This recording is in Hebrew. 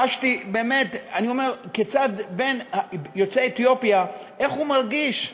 חשתי כיצד יוצא אתיופיה, איך הוא מרגיש,